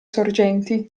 sorgenti